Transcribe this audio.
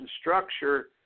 structure